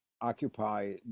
occupy